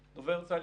השוואתי?